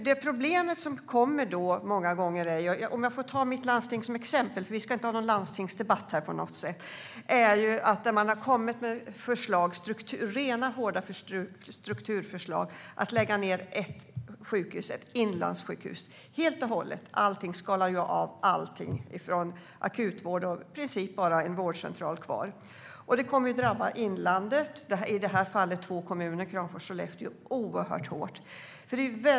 Det uppstår många gånger problem - och nu tar jag mitt landsting som exempel, för vi ska inte ha någon landstingsdebatt - när man har kommit med rena, hårda strukturförslag om att lägga ned ett inlandssjukhus helt och hållet. Man skalar av allting från akutvård, och det blir i princip bara en vårdcentral kvar. Det kommer att drabba inlandet - i det här fallet de två kommunerna Kramfors och Skellefteå - oerhört hårt.